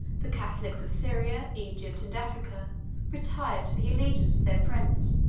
the catholics of syria, egypt, and africa retired to the allegiance of their prince,